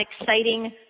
exciting